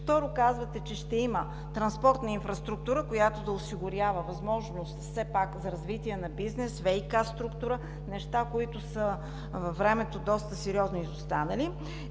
Второ, казвате, че ще има транспортна инфраструктура, която да осигурява възможност за развитие на бизнес, ВиК структура – неща, които са доста сериозно изостанали